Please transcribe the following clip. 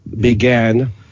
began